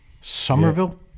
Somerville